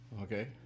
okay